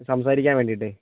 സംസാരിക്കാൻ വേണ്ടീട്ടെ